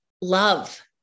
love